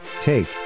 Take